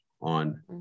on